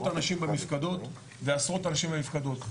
אנשים במפקדות ועשרות אנשים במפקדות.